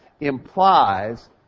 implies